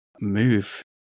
move